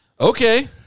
Okay